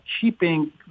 keeping